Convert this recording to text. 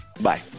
Bye